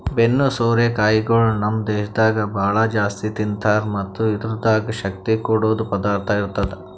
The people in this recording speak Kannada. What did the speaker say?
ಬೆನ್ನು ಸೋರೆ ಕಾಯಿಗೊಳ್ ನಮ್ ದೇಶದಾಗ್ ಭಾಳ ಜಾಸ್ತಿ ತಿಂತಾರ್ ಮತ್ತ್ ಇದುರ್ದಾಗ್ ಶಕ್ತಿ ಕೊಡದ್ ಪದಾರ್ಥ ಇರ್ತದ